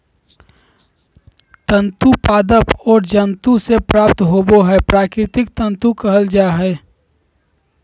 तंतु पादप और जंतु से प्राप्त होबो हइ प्राकृतिक तंतु कहल जा हइ